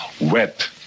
wet